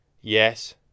Yes